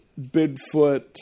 Bigfoot